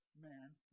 man